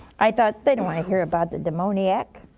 i thought, they don't want to hear about the demoniac.